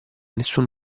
nessuno